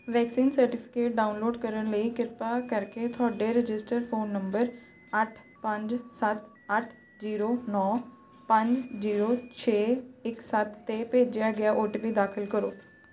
vaccine certificate download ਕਰਨ ਲਈ ਕਿਰਪਾ ਕਰਕੇ ਤੁਹਾਡੇ ਰਜਿਸਟਰਡ ਫ਼ੋਨ ਨੰਬਰ ਅੱਠ ਪੰਜ ਸੱਤ ਅੱਠ ਜੀਰੋ ਨੌ ਪੰਜ ਜੀਰੋ ਛੇ ਇੱਕ ਸੱਤ 'ਤੇ ਭੇਜਿਆ ਗਿਆ ਓ ਟੀ ਪੀ ਦਾਖਲ ਕਰੋ